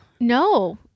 No